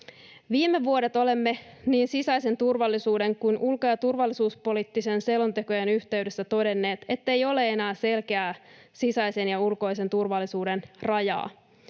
Viime vuodet olemme niin sisäisen turvallisuuden kuin ulko- ja turvallisuuspoliittisten selontekojen yhteydessä todenneet, ettei ole enää selkeää sisäisen ja ulkoisen turvallisuuden rajaa.